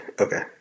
okay